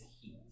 heat